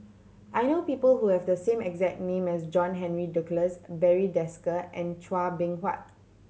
I know people who have the same exact name as John Henry Duclos Barry Desker and Chua Beng Huat